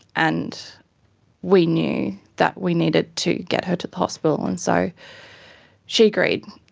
and we knew that we needed to get her to the hospital. and so she agreed,